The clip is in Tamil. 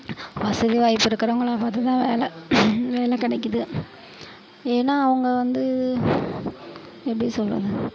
வசதி வாய்ப்பு இருக்கிறவங்களா பார்த்து தான் வேலை வேலை கிடைக்கிது ஏன்னால் அவங்க வந்து எப்படி சொல்வது